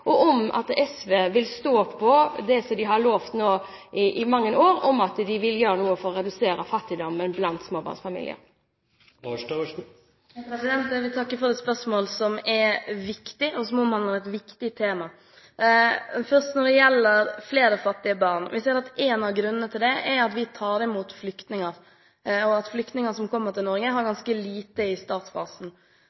og om SV vil stå på det som de har lovet nå i mange år, at de vil gjøre noe for å redusere fattigdommen blant småbarnsfamilier. Jeg vil takke for et spørsmål som er viktig, og som omhandler et viktig tema. Først når det gjelder flere fattige barn: Vi ser at en av grunnene til det er at vi tar imot flyktninger, og at flyktninger som kommer til Norge, har